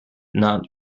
not